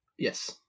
Yes